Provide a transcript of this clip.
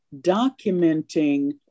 documenting